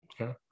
Okay